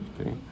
Okay